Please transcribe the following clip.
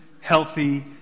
healthy